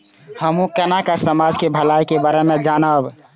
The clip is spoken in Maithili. हमू केना समाज के भलाई के बारे में जानब?